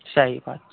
सही बात छै